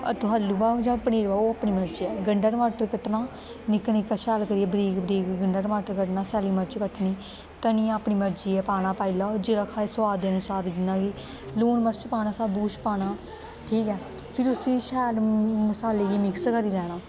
तुस आलू पाओ जां ओह् पनीर पोआ ओह् अपनी मर्जी ऐ गंडा टमाटर कट्टना निक्का निक्का शैल करियै बरीक बरीक गंडा टमाटर कट्टना सैल्ली मर्च कट्टनी धनिया अपनी मर्जी ऐ पाना पाई लैओ जियां आक्खो सोआद अनुसार जियां बी लून मर्च पाना सब्भ कुछ पाना ठीक ऐ फिर उस्सी शैल मसालै गी मिक्स करी लैना